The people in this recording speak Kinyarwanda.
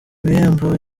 ibihembo